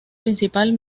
principal